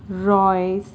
Royce